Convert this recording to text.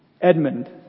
Edmund